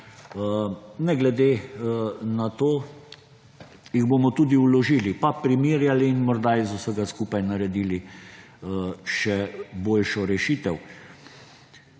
Ne glede na to jih bomo tudi vložili, pa primerjali in morda iz vsega skupaj naredili še boljšo rešitev.